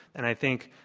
and i think,